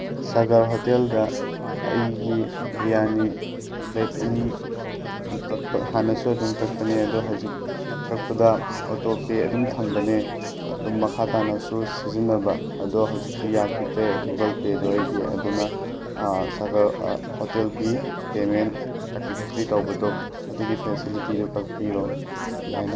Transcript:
ꯁꯥꯒꯔ ꯍꯣꯇꯦꯜꯗ ꯑꯩꯒꯤ ꯕꯤꯔꯌꯥꯅꯤ ꯄ꯭ꯂꯦꯠ ꯑꯅꯤ ꯑꯗꯨꯝ ꯀꯛꯄ ꯍꯥꯟꯅꯁꯨ ꯑꯗꯨꯝ ꯀꯛꯄꯅꯦ ꯑꯗꯣ ꯍꯧꯖꯤꯛ ꯀꯛꯄꯗ ꯑꯣꯇꯣ ꯄꯦ ꯑꯗꯨꯝ ꯊꯝꯕꯅꯦ ꯑꯗꯨꯝ ꯃꯈꯥ ꯇꯥꯅꯁꯨ ꯁꯤꯖꯤꯟꯅꯕ ꯑꯗꯣ ꯍꯧꯖꯤꯛꯇꯤ ꯌꯥꯈꯤꯗ꯭ꯔꯦ ꯒꯨꯒꯜ ꯄꯦꯗꯣ ꯑꯩꯒꯤ ꯑꯗꯨꯅ ꯁꯥꯒꯔ ꯍꯣꯇꯦꯜꯒꯤ ꯄꯦꯃꯦꯟ ꯀꯟꯇꯤꯅꯨꯑꯣꯁꯂꯤ ꯇꯧꯕꯗꯣ ꯑꯗꯨꯒꯤ ꯐꯦꯁꯤꯂꯤꯇꯤꯗꯨ ꯀꯛꯄꯤꯔꯣ ꯌꯥꯏꯅꯥ